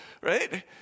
right